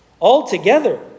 altogether